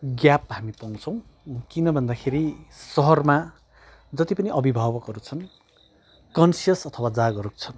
gap हामी पाउँछौँ किन भन्दाखेरि सहरमा जति पनि अभिभावकहरू छन् कन्सियस अथवा जागरुक छन्